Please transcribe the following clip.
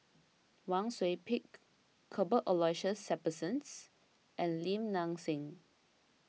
Wang Sui Pick Cuthbert Aloysius Shepherdson and Lim Nang Seng